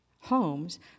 homes